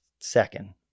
second